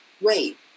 wait